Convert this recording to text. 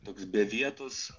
toks be vietos